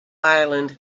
island